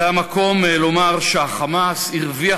זה המקום לומר שה"חמאס" הרוויח,